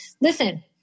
listen